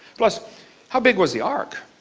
plus how big was the ark?